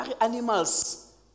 animals